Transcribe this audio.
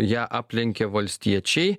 ją aplenkė valstiečiai